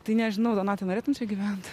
tai nežinau donatai norėtum čia gyvent